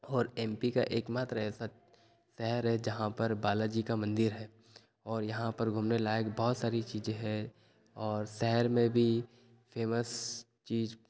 और M P का एक मात्र ऐसा शहर है जहाँ पर बालाजी का मंदिर है और यहाँ पर घूमने लायक बहुत सारी चीजें हैं और शहर में भी फेमस चीज